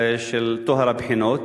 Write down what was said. של טוהר הבחינות.